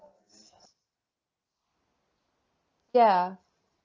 ya